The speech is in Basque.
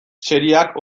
serieak